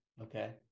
Okay